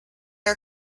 are